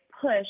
push